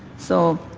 so